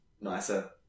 nicer